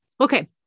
okay